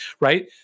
right